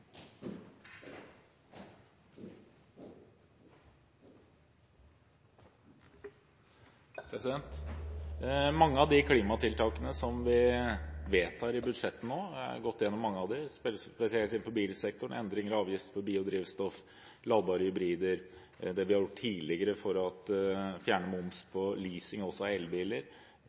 Mange av de klimatiltakene som vi vedtar i budsjettet nå – jeg har gått gjennom mange av dem, spesielt innenfor bilsektoren: endring i avgift for biodrivstoff, ladbare hybrider, det vi har gjort tidligere for å fjerne moms på leasing også av elbiler,